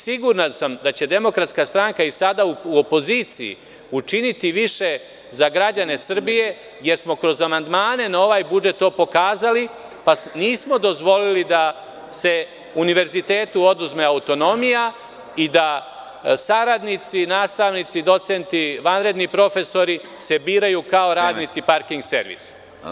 Siguran sam da će DS i sada u opoziciji učiniti više za građane Srbije, jer smo kroz amandmane na ovaj budžet to pokazali, pa nismo dozvolili da se univerzitetu oduzme autonomija i da saradnici, nastavnici, docenti, vanredni profesori se biraju kao radnici parking servisa.